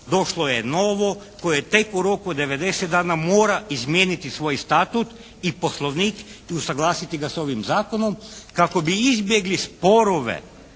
došlo je novo koje tek u roku od 90 dana mora izmijeniti svoj Statut i Poslovnik i usuglasiti ga sa ovim zakonom kako bi izbjegli sporove